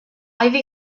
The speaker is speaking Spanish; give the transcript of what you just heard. ivy